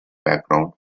background